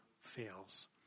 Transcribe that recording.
fails